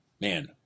man